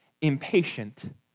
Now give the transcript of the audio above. impatient